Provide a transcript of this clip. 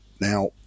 now